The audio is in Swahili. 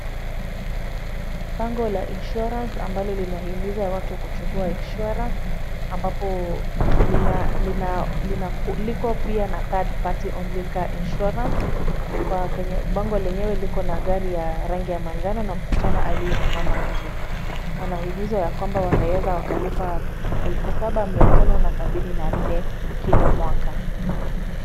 Bango la insurance ambalo linahimiza watu kuchukua insurance , ambapo liko pia na third party only car insurance . Kwenye bango lenyewe, liko na gari la rangi ya manjano na msichana aliyesimama nje na wanahimiza ya kwamba wanaweza wakalipa elfu saba na mia tano na sabini na nne, kila mwaka.